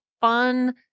fun